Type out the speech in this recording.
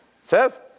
says